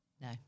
no